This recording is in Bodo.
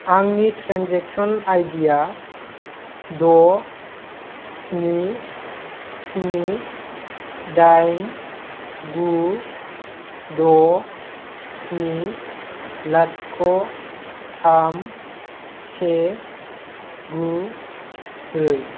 आंनि ट्रेन्जेकसन आइडीआ द' स्नि स्नि दाइन गु द' स्नि लाथिख' थाम से गु ब्रै